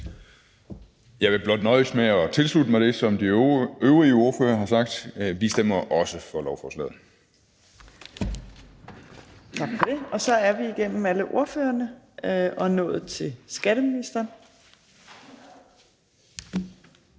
Jeg vil blot nøjes med at tilslutte mig det, som de øvrige ordførere har sagt: Vi stemmer også for lovforslaget. Kl. 15:43 Fjerde næstformand (Trine